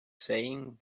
saying